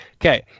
Okay